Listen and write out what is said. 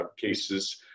cases